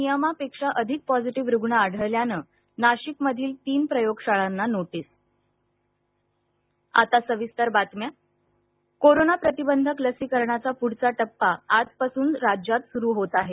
नियमापेक्षा अधिक पॉझिटिव्ह रुग्ण आढळल्याने नाशिकमधील तीन प्रयोगशाळांना नोटिस लसीकरण कोरोना प्रतिबंधक लसीकरणाचा पुढचा टप्पा आजपासून राज्यात सुरू होत आहे